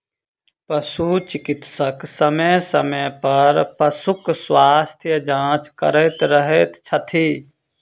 पशु चिकित्सक समय समय पर पशुक स्वास्थ्य जाँच करैत रहैत छथि